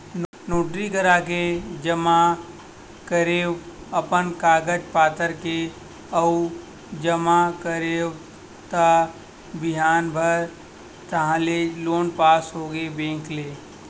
notary कराके जमा करेंव अपन कागज पतर के अउ जमा कराएव त बिहान भर ताहले लोन पास होगे बेंक ले